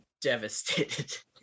devastated